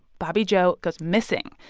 bobby joe goes missing.